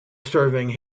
serving